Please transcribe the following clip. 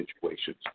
situations